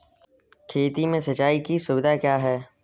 खेती में सिंचाई की सुविधा क्या है?